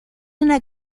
una